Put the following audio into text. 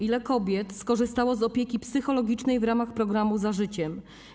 Ile kobiet skorzystało z opieki psychologicznej w ramach programu „Za życiem”